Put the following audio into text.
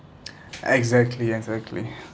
exactly exactly